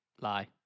Lie